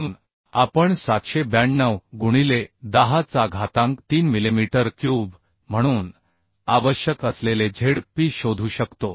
म्हणून आपण 792 गुणिले 10 चा घातांक 3 मिलिमीटर क्यूब म्हणून आवश्यक असलेले zp शोधू शकतो